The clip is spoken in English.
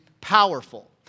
powerful